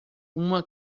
uma